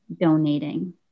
donating